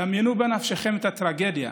דמיינו בנפשכם את הטרגדיה,